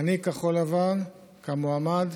מנהיג כחול לבן, כמועמד